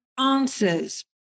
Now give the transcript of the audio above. answers